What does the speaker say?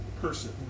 person